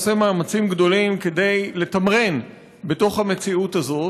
עושה מאמצים גדולים כדי לתמרן בתוך המציאות הזאת.